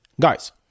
guys